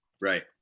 Right